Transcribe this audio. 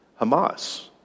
Hamas